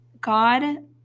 God